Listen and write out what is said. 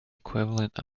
equivalent